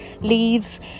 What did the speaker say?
leaves